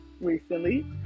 recently